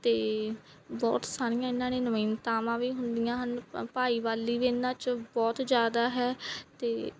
ਅਤੇ ਬਹੁਤ ਸਾਰੀਆਂ ਇਹਨਾਂ ਨੇ ਨਵੀਨਤਾਵਾਂ ਵੀ ਹੁੰਦੀਆਂ ਹਨ ਭ ਭਾਈ ਵਾਲੀ ਵੀ ਇਹਨਾਂ 'ਚੋਂ ਬਹੁਤ ਜ਼ਿਆਦਾ ਹੈ ਅਤੇ